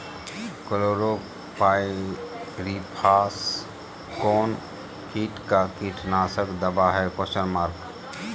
Chlorpyrifos कौन किट का कीटनाशक दवा है?